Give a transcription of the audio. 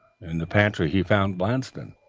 in the pantry he found blanston,